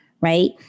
right